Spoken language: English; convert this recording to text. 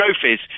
trophies